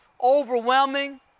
overwhelming